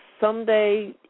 someday